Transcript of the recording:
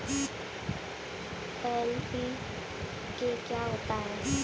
NPK क्या होता है?